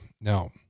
Now